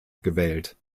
gewählt